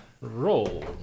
Roll